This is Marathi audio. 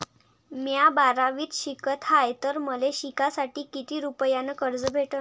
म्या बारावीत शिकत हाय तर मले शिकासाठी किती रुपयान कर्ज भेटन?